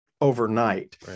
overnight